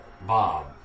bob